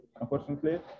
unfortunately